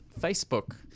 Facebook